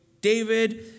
David